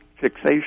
fixation